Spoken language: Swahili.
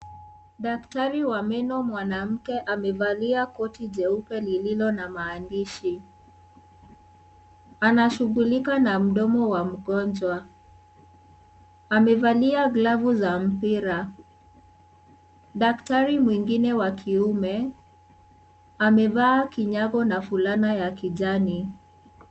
Daktari wa meno mwanamke amevalia koti jeupe lililo na maandishi. Anashughulika na mdomo wa mgonjwa. Amevalia glavu za mpira. Daktari mwengine wa kiume amevaa kinyago na fulana ya kijani.